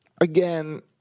again